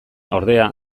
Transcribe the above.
ordea